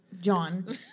John